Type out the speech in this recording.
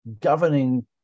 governing